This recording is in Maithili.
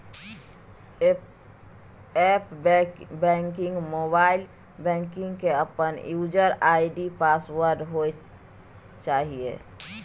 एप्प बैंकिंग, मोबाइल बैंकिंग के अपन यूजर आई.डी पासवर्ड होय चाहिए